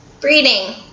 breeding